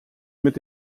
mit